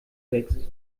wächst